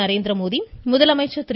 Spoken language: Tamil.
நரேந்திரமோடி முதலமைச்சர் திரு